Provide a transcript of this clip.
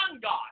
God